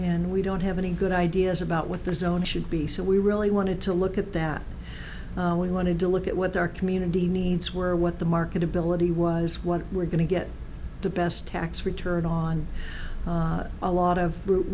and we don't have any good ideas about what the zone should be so we really wanted to look at that we wanted to look at what our community needs were what the marketability was what we're going to get the best tax return on a lot of